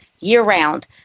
year-round